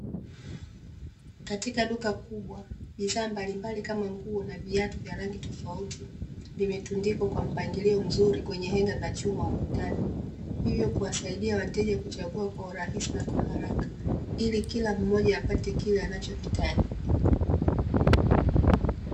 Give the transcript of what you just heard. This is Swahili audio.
Katika duka kubwa bidhaa mbalimbali kama nguo na viatu vya rangi tofauti vimetundikwa kwa mpangilio mzuri kwenye henga za chuma ukutani. Hivyo kuwasaidia wateja kuchagua kwa urahisi na uharaka ili Kila mmoja apate kile anachokihitaji.